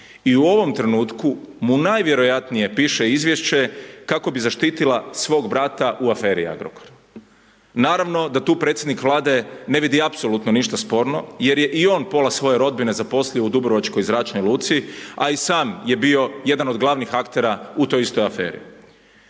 I u ovom trenutku mu najvjerojatnije piše izvješće kako bi zaštitila svog brata u aferi Agrokor. Naravno da tu predsjednik Vlade ne vidi apsolutno ništa sporno jer je i on pola svoje rodbine zaposlio u dubrovačkoj zračnoj luci a i sam je bio jedan od glavnih aktera u toj istoj aferi.